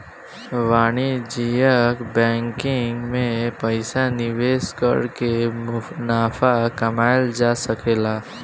वाणिज्यिक बैंकिंग में पइसा निवेश कर के मुनाफा कमायेल जा सकेला